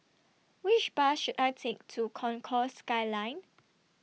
Which Bus should I Take to Concourse Skyline